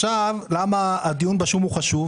למה הדיון בשום הוא חשוב?